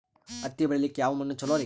ಹತ್ತಿ ಬೆಳಿಲಿಕ್ಕೆ ಯಾವ ಮಣ್ಣು ಚಲೋರಿ?